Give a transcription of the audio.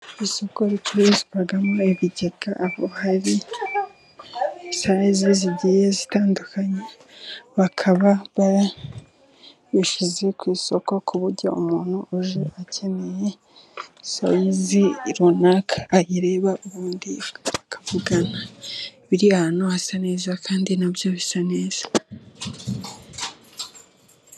Isoko ricururizwamo ibigega, aho hari sayizi zigiye zitandukanye. Bakaba barabishyize ku isoko ku buryo umuntu akeneye sayizi runaka ayireba, ubundi bakavugana biri ahantu hasa neza kandi n'abyo bisa neza.